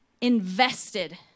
invested